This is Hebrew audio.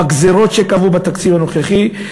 בגזירות שקבעו בתקציב הנוכחי,